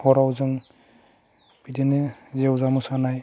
हराव जों बिदिनो जेवजा मोसानाय